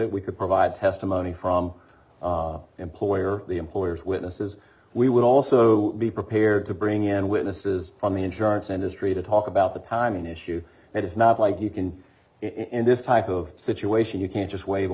it we could provide testimony from employer the employer's witnesses we would also be prepared to bring in witnesses on the insurance industry to talk about the timing issue and it's not like you can in this type of situation you can't just wave